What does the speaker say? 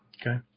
Okay